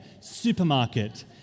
supermarket